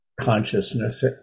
consciousness